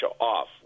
off